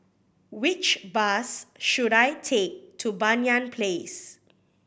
which bus should I take to Banyan Place